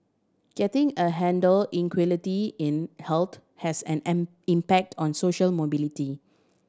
getting a handle inequality in health has an impact on social mobility